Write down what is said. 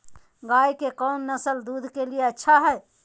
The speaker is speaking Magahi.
गाय के कौन नसल दूध के लिए अच्छा है?